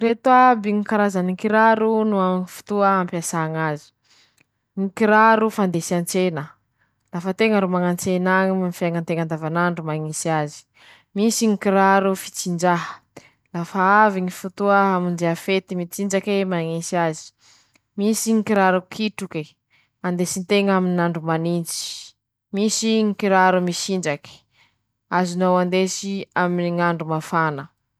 Ñ'asany ñy telefony moa ajà reo, natao hifandrambesa aminy ñ'olo lavitsy an-teña añy, natao hifañomeza vaovao, manahaky anizao ñ'olo a toliara atoy noho ñ'olo a mejunga añy, lafa misy ñy raha ilan-drozy roe, mifampikaiky aminy ñy telefony iñy ;iñy avao ro ifandrambesa, zay ñ'asany ñy telefony.